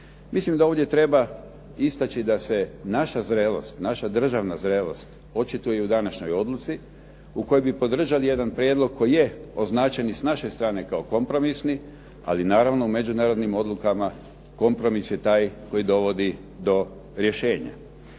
Mislim da ovdje treba istaći da se naša zrelost, naša državna zrelost očituje i u današnjoj odluci u kojoj bi podržali jedan prijedlog koji je označen i s naše strane kao kompromisni, ali naravno u međunarodnim odlukama kompromis je taj koji dovodi do rješenja.